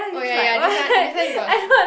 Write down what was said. oh ya ya this one this one you got